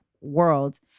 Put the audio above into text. world